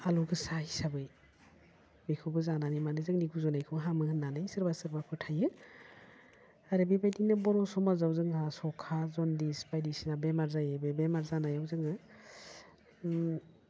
आलौ गोसा हिसाबै बेखौबो जानानै मानो जोंनि गुजुनायखौ हामो होननानै सोरबा सोरबा फोथायो आरो बेबायदिनो बर' समाजाव जोंहा सखा जन्दिस बायदिसिना बेमार जायो बे बेमार जानायाव जोङो ओम